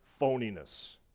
phoniness